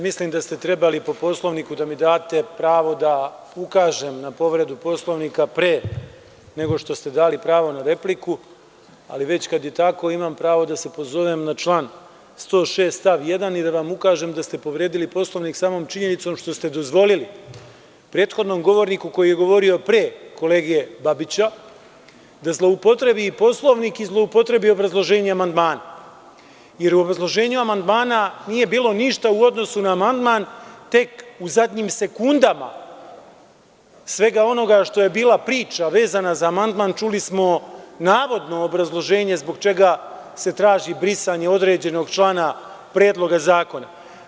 Mislim da ste trebali po Poslovniku da mi date pravo da ukažem na povredu Poslovnika, pre nego što ste dali pravo na repliku, ali već kada je tako, imam pravo da se pozovem na član 106. stav 1. i da vam ukažem da ste povredili Poslovnik samom činjenicom što ste dozvolili prethodnom govorniku, koji je govorio pre kolege Babića, da zloupotrebi i Poslovnik i zloupotrebi obrazloženje amandmana, jer u obrazloženju amandmana nije bilo ništa u odnosu na amandman, tek u zadnjim sekundama svega onoga što je bila priča vezana za amandman čuli smo navodno obrazloženje zbog čega se traži brisanje određenog člana Predloga zakona.